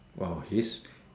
!wow! his